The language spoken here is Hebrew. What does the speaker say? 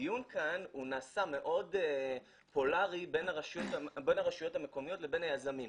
הדיון כאן נעשה מאוד פולרי בין הרשויות המקומיות ליזמים,